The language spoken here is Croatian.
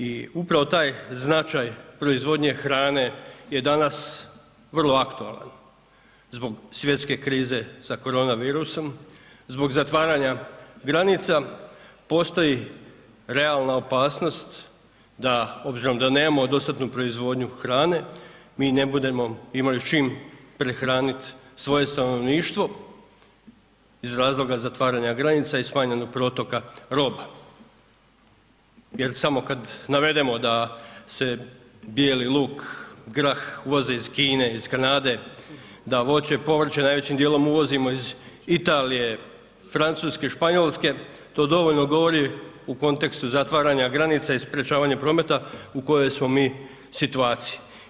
I upravo taj značaj proizvodnje hrane je danas vrlo aktualan zbog svjetske krize sa korona virusom, zbog zatvaranja granica, postoji realna opasnost da, obzirom da nemamo dostatnu proizvodnju hrane, mi ne budemo imali s čim prehranit svoje stanovništvo iz razloga zatvaranja granica i smanjenog protoka roba, jer samo kad navedemo da se bijeli luk, grah uvozi iz Kine, iz Kanade, da voće, povrće najvećim dijelom uvozimo iz Italije, Francuske, Španjolske, to dovoljno govori u kontekstu zatvaranja granica i sprečavanja prometa u kojoj smo mi situaciji.